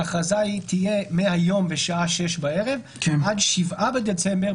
ההכרזה תהיה מהיום בשעה 18:00 עד 7 בדצמבר,